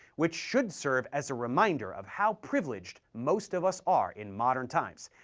which should serve as a reminder of how privileged most of us are in modern times,